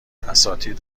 اساتید